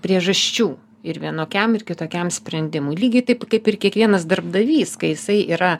priežasčių ir vienokiam ir kitokiam sprendimui lygiai taip kaip ir kiekvienas darbdavys kai jisai yra